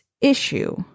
issue